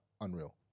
unreal